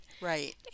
Right